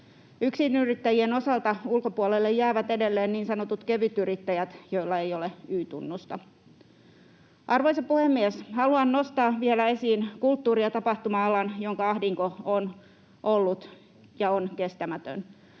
Yksinyrittäjien osalta ulkopuolelle jäävät edelleen niin sanotut kevytyrittäjät, joilla ei ole Y-tunnusta. Arvoisa puhemies! Haluan nostaa vielä esiin kulttuuri- ja tapahtuma-alan, jonka ahdinko on ollut ja on kestämätön.